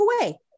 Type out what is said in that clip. away